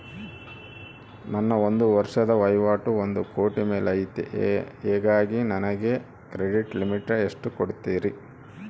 ನನ್ನ ಒಂದು ವರ್ಷದ ವಹಿವಾಟು ಒಂದು ಕೋಟಿ ಮೇಲೆ ಐತೆ ಹೇಗಾಗಿ ನನಗೆ ಕ್ರೆಡಿಟ್ ಲಿಮಿಟ್ ಎಷ್ಟು ಕೊಡ್ತೇರಿ?